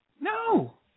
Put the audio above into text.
No